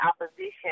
opposition